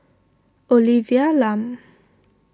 Olivia Lum